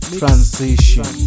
transition